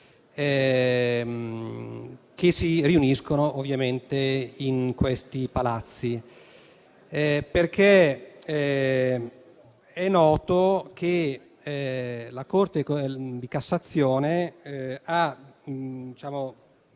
che si riuniscono ovviamente in questi Palazzi. È noto che la Corte di cassazione ha